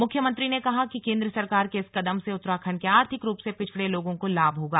मुख्यमंत्री ने कहा कि केन्द्र सरकार के इस कदम से उत्तराखंड के आर्थिक रूप से पिछडे लोगों को लाभ होगा